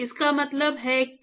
इसका मतलब है कि